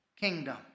kingdom